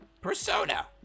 Persona